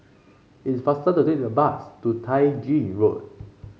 it's faster to take the bus to Tai Gin Road